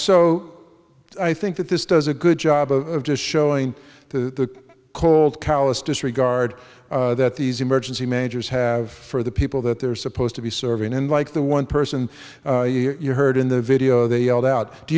so i think that this does a good job of just showing the cold callous disregard that these emergency managers have for the people that they're supposed to be serving and like the one person you heard in the video they all doubt do